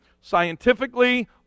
scientifically